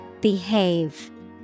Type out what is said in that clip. Behave